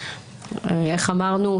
איך אמרנו?